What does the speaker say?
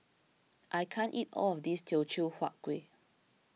I can't eat all of this Teochew Huat Kuih